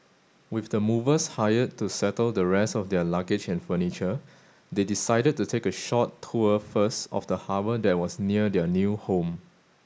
with the movers hired to settle the rest of their luggage and furniture they decided to take a short tour first of the harbour that was near their new home